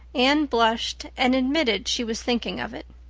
anne blushed and admitted she was thinking of it.